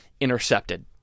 intercepted